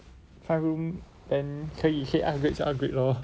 then 可以 upgrade 就 upgrade lor